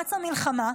מאמץ המלחמה,